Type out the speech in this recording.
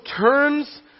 turns